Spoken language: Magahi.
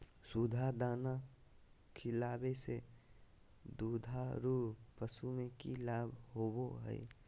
सुधा दाना खिलावे से दुधारू पशु में कि लाभ होबो हय?